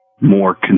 more